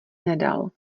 nedal